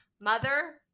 mother